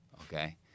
Okay